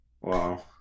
Wow